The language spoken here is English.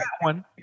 one